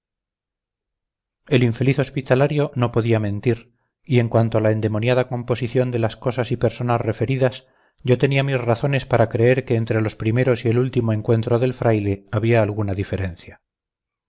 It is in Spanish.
el infeliz hospitalario no podía mentir y en cuanto a la endemoniada composición de las cosas y personas referidas yo tenía mis razones para creer que entre los primeros y el último encuentro del fraile había alguna diferencia